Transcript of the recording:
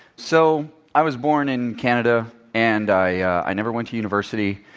so i was born in canada and i ah i never went to university,